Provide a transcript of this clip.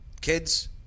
kids